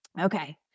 Okay